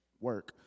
work